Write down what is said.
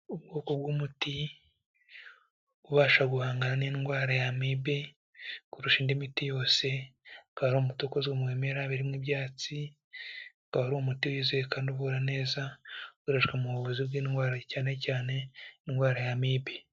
Ubwoko bw'umuti ubasha guhangana n'indwara ya amibe, kurusha indi miti yose, akaba ari umuti ukozwe mu bimera birimo ibyatsi, ukaba ari umuti wizewe kandi uvura neza, ukoreshwa mu buvuzi bw'indwara cyane cyane indwara ya amibe.